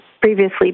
Previously